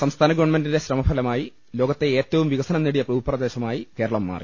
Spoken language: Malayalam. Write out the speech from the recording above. സംസ്ഥാന ഗവൺമെന്റിന്റെ ശ്രമഫലമായി ലോകത്തെ ഏറ്റവും വികസനം നേടിയ ഭൂപ്രദേശ മായി കേരളം മാറി